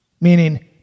Meaning